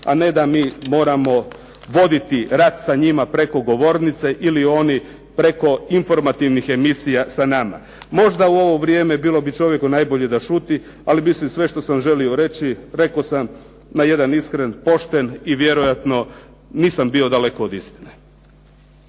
a ne da mi moramo voditi rat sa njima preko govornice ili oni preko informativnih emisija sa nama. Možda u ovo vrijeme bilo bi čovjeku najbolje da šuti, ali mislim sve što sam želio reći rekao sam na jedan iskren, pošten i vjerojatno nisam bio daleko od istine.